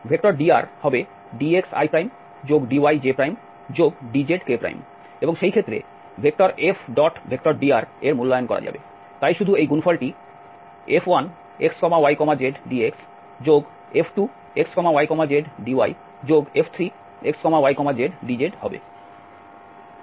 dr হবে dxidyjdzk এবং সেই ক্ষেত্রে F⋅dr এর মূল্যায়ন করা যাবে তাই শুধু এই গুণফলটি F1xyzdxF2xyzdyF3xyzdz হবে